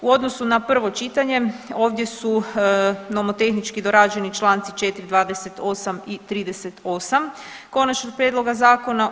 U odnosu na prvo čitanje ovdje su nomotehnički dorađeni Članci 4., 28. i 38. konačnog prijedloga zakona.